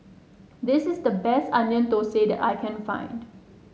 this is the best Onion Thosai that I can find